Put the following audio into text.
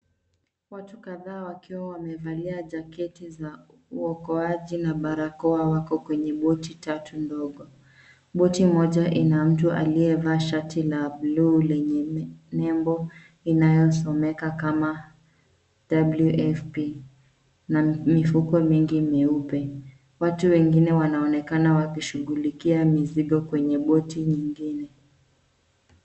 Watu kadhaa wakiwa wamevalia jaketi za uokoaji na barakoa wako kwenye boti tatu ndogo. Boti moja ina mtu aliyevaa shati la blue lenye nembo inayosomeka kama WFP na mifuko mengi mieupe. Watu wengine wanaonekana wakishughulikia mizigo kwenye boti nyingine.